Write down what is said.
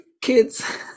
kids